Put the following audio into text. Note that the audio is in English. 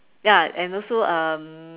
ya and also um